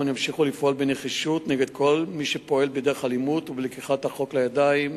ימשיכו לפעול בנחישות נגד כל מי שפועל באלימות ולקיחת החוק לידיים.